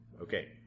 Okay